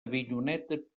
avinyonet